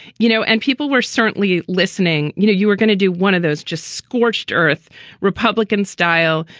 you know, and people were certainly listening. you know, you were going to do one of those just scorched earth republican style.